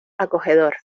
acogedor